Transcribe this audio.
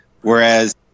Whereas